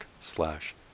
slash